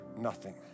nothing